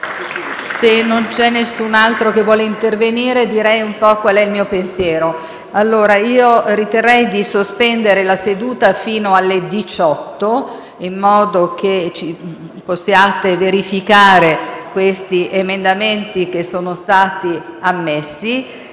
Se non c'è nessun altro che desidera intervenire, direi qual è il mio pensiero. Ritengo di sospendere la seduta fino alle ore 18, in modo che possiate verificare gli emendamenti che sono stati ammessi